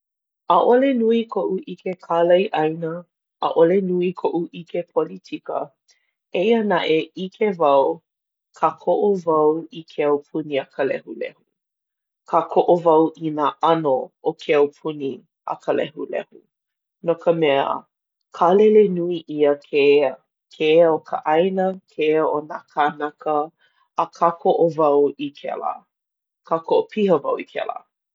ʻAʻole nui koʻu ʻike kālai ʻāina. ʻAʻole nui koʻu ʻike politika. Eia naʻe ʻike wau, kākoʻo wau i ke aupuni a ka lehulehu. Kākoʻo wau i nā ʻano o ke aupuni a ka lehulehu. No ka mea, kālele nui ʻia ke ea. Ke ea o ka ʻāina, ke ea o nā kānaka, a kākoʻo wau i kēlā. Kākoʻo piha wau i kēlā.